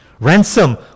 Ransom